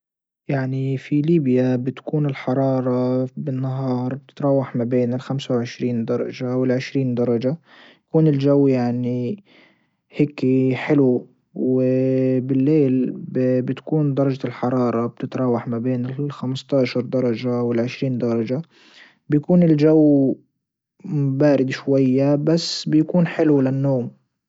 يعني في ليبيا بتكون الحرارة بالنهار بتتراوح ما بين الخمسة وعشرين درجة والعشرين درجة يكون الجو يعني هيك حلو و بالليل بتكون درجة الحرارة بتتراوح ما بين الخمسة عشر درجة والعشرين درجة بكون الجو بارد شوية بس بيكون حلو للنوم.